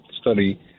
study